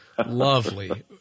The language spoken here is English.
lovely